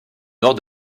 nord